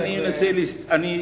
על חשבון הזמן שלי.